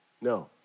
No